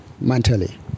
mentally